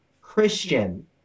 Christian